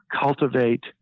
cultivate